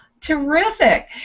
Terrific